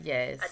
Yes